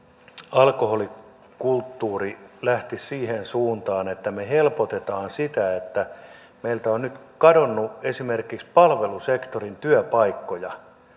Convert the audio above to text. alkoholikulttuuri lähtisi siihen suuntaan että me helpotamme sitä tilannetta että meiltä on nyt kadonnut esimerkiksi palvelusektorin työpaikkoja